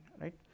right